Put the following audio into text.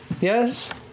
Yes